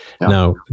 now